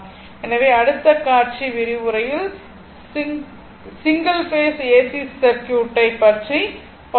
எனவே அடுத்த காட்சி விரிவுரையில் சிங்கிள் ஃபேஸ் ஏசி சர்க்யூட் ஐ பற்றி பார்ப்போம்